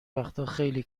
وقتاخیلی